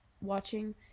watching